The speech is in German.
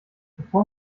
bevor